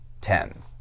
ten